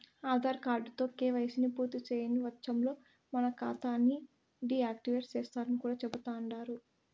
ఆదార్ కార్డుతో కేవైసీని పూర్తిసేయని వచ్చంలో మన కాతాని డీ యాక్టివేటు సేస్తరని కూడా చెబుతండారు